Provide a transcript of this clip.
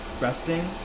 resting